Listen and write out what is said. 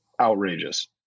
outrageous